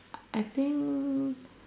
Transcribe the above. I think